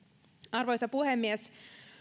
arvoisa puhemies